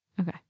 okay